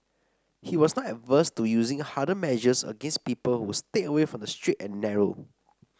he was not averse to using harder measures against people who strayed away from the straight and narrow